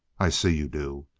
i see you do.